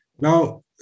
Now